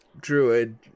druid